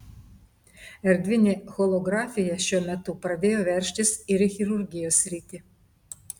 erdvinė holografija šiuo metu pradėjo veržtis ir į chirurgijos sritį